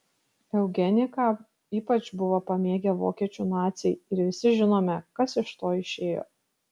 eugeniką ypač buvo pamėgę vokiečių naciai ir visi žinome kas iš to išėjo